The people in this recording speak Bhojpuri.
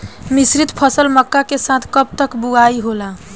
मिश्रित फसल मक्का के साथ कब तक बुआई होला?